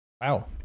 wow